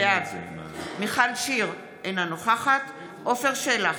בעד מיכל שיר סגמן, אינה נוכחת עפר שלח,